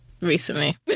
recently